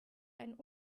einen